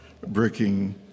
breaking